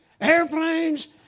airplanes